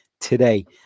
today